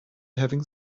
having